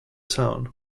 town